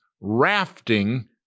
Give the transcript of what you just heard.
rafting